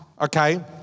okay